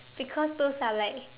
because those are like